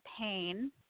pain